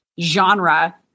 genre